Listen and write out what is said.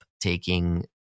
taking